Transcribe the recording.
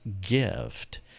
gift